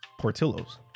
Portillo's